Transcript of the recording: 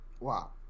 Wow